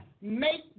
make